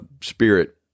spirit